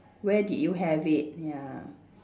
where did you have it ya